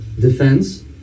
defense